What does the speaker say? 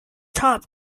top